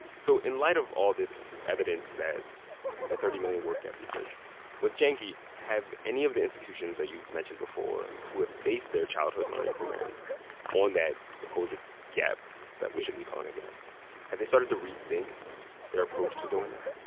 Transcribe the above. so in light of all this evidence that the thirty million word gap research was janky, have any of the institutions that you've mentioned before, and who have based their childhood learning programs on that supposed ah gap that we shouldn't be calling a gap have they started to rethink their approach to doing that?